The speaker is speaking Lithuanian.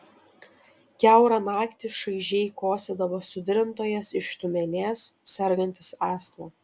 kiaurą naktį šaižiai kosėdavo suvirintojas iš tiumenės sergantis astma